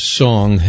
song